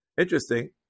Interesting